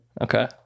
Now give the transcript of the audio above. okay